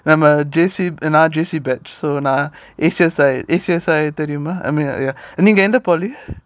I'm a J_C an R_J_C batch so ah A_C_S A_C_S_I தெரியுமா:theriuma I mean like ya நீங்க எந்த:neenga endha polytechnic